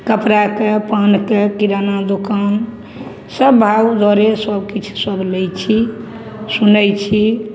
कपड़ाके पानके किराना दोकान सब भागै दौड़े सबकिछु सब लै छी सुनै छी